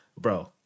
Bro